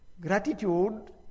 Gratitude